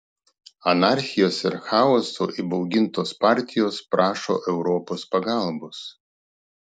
anarchijos ir chaoso įbaugintos partijos prašo europos pagalbos